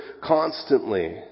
constantly